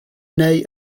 neu